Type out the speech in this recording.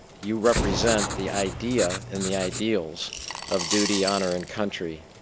you represent the idea and the ideals of duty, honor and country,